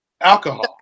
alcohol